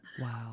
Wow